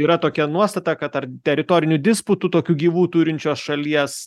yra tokia nuostata kad ar teritorinių disputų tokių gyvų turinčios šalies